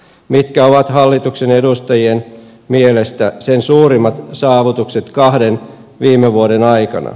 mitkä ovat hallituksen edustajien mielestä sen suurimmat saavutukset kahden viime vuoden aikana